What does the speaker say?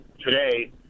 today